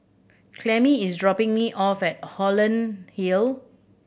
Clemmie is dropping me off at Holland Hill